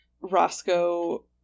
Roscoe